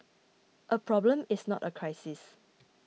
a problem is not a crisis